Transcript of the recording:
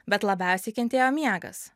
bet labiausiai kentėjo miegas